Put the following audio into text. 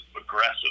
aggressive